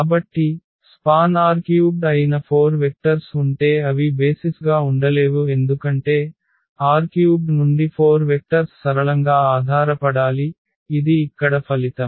కాబట్టి span R³ అయిన 4 vectors ఉంటే అవి బేసిస్గా ఉండలేవు ఎందుకంటే R³ నుండి 4 వెక్టర్స్ సరళంగా ఆధారపడాలి ఇది ఇక్కడ ఫలితం